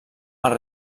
els